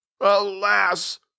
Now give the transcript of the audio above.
Alas